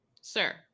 Sir